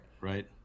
Right